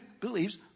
believes